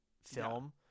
film